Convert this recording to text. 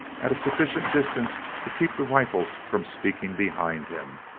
at a sufficient distance to keep the rifles from speaking behind him,